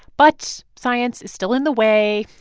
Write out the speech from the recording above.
but science is still in the way,